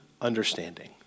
understanding